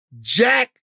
Jack